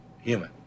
human